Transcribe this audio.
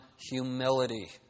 humility